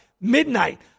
midnight